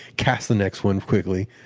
cast the next one quickly.